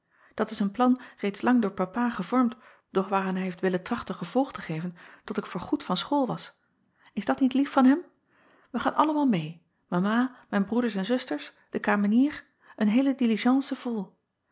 at is een plan reeds lang door apa gevormd doch waaraan hij heeft willen trachten gevolg te geven tot ik voorgoed van school was is dat niet lief van hem ij gaan allemaal meê ama mijn broeders en zusters de kamenier een heele diligence vol